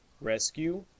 rescue